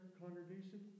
congregation